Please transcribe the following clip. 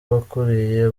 wakuriye